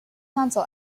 council